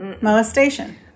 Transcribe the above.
molestation